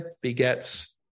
begets